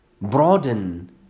Broaden